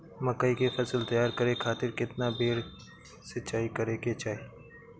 मकई के फसल तैयार करे खातीर केतना बेर सिचाई करे के चाही?